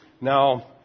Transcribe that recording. Now